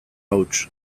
huts